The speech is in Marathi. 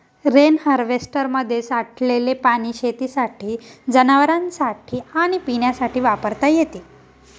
रेन हार्वेस्टरमध्ये साठलेले पाणी शेतीसाठी, जनावरांनासाठी आणि पिण्यासाठी वापरता येते